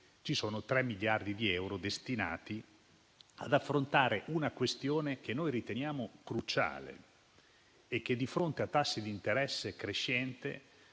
Ci sono tre miliardi di euro destinati ad affrontare una questione che riteniamo cruciale e che, di fronte a tassi di interesse crescenti,